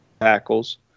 tackles